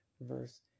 verse